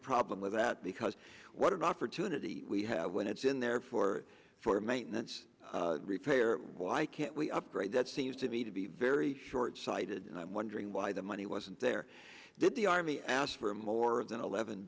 problem with that because what an opportunity we have when it's in there for for maintenance repair why can't we upgrade that seems to me to be very shortsighted and i'm wondering why the money wasn't there that the army asked for more than eleven